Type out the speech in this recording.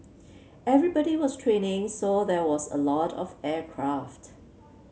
everybody was training so there was a lot of aircraft